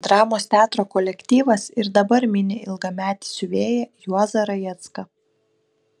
dramos teatro kolektyvas ir dabar mini ilgametį siuvėją juozą rajecką